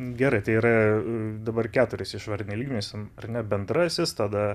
gerai tai ir dabar keturis išvardinai lygmenis ar ne bendrasis tada